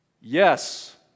Yes